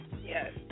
yes